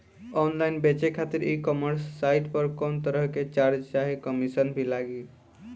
Online बेचे खातिर e commerce site पर कौनोतरह के चार्ज चाहे कमीशन भी लागी?